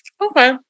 Okay